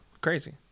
Crazy